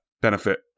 benefit